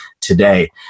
today